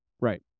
Right